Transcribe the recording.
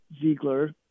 Ziegler